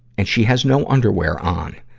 and she has no underwear on.